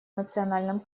национальном